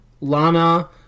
Lana